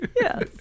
Yes